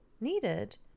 needed